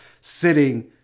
sitting